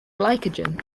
glycogen